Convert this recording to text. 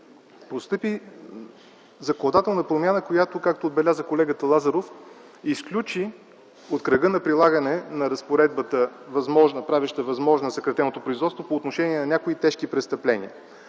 постъпи законодателна промяна, която, както отбеляза колегата Лазаров, изключи от кръга на прилагане разпоредбата, правеща възможно съкратеното производство по отношение на някои тежки престъпления,